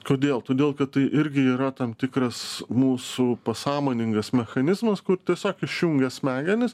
kodėl todėl kad tai irgi yra tam tikras mūsų pasąmoningas mechanizmas kur tiesiog išjungia smegenis